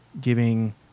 giving